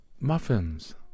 Muffins